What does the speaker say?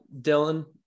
Dylan